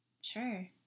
Sure